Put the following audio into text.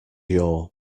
your